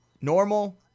normal